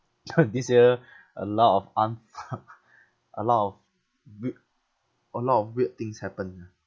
this year a lot of un~ a lot of wei~ a lot of weird things happened ah